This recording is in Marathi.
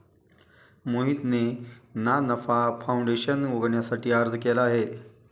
मोहितने ना नफा फाऊंडेशन उघडण्यासाठी अर्ज केला आहे